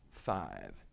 Five